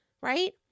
right